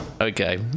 okay